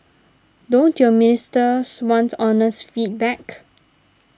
don't your ministers want honest feedback